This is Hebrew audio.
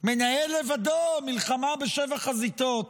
מנהל לבדו מלחמה בשבע חזיתות.